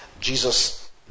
Jesus